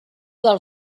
del